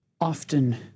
Often